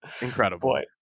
Incredible